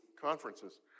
conferences